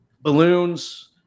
balloons